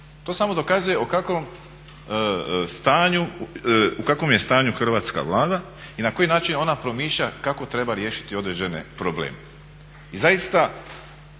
To samo dokazuje u kakvom je stanju Hrvatska Vlada i na koji način ona promišlja kako treba riješiti određene probleme.